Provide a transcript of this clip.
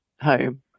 home